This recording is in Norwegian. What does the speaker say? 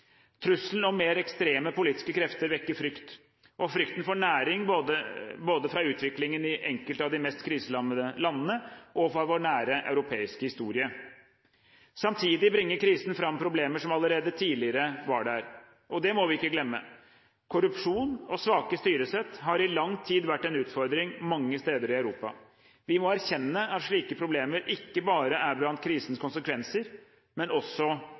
Trusselen om mer ekstreme politiske krefter vekker frykt. Og frykten får næring både fra utviklingen i enkelte av de mest kriserammede landene og fra vår nære europeiske historie. Samtidig bringer krisen fram problemer som allerede tidligere var der. Og dette må vi ikke glemme: Korrupsjon og svake styresett har i lang tid vært en utfordring mange steder i Europa. Vi må erkjenne at slike problemer ikke bare er blant krisens konsekvenser, men også